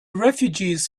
refugees